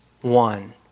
one